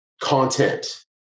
Content